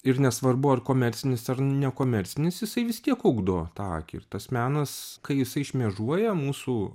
ir nesvarbu ar komercinis ar nekomercinis jisai vis tiek ugdo tą akį ir tas menas kai jisai šmėžuoja mūsų